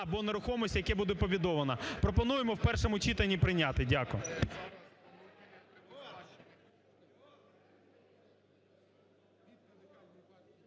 або нерухомості, яке буде побудовано. Пропонуємо в першому читанні прийняти. Дякую.